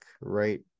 right